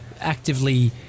actively